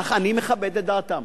אך אני מכבד את דעתם.